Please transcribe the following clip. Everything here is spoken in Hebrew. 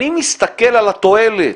אני מסתכל על התועלת,